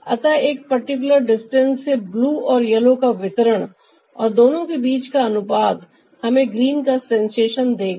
अतः एक particular distance से ब्लू और येलो का वितरण और दोनों के बीच का अनुपात हमें ग्रीन का सेंसेशन देगा